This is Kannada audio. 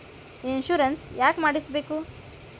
ಇನ್ಶೂರೆನ್ಸ್ ಯಾಕ್ ಮಾಡಿಸಬೇಕು?